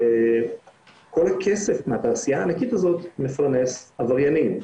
וכל הכסף מהתעשייה הענקית הזאת מפרנס עבריינים.